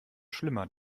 schlimmer